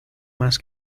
más